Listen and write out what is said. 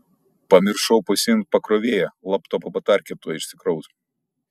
pamiršau pasiimt pakrovėją laptopo batarkė tuoj išsikraus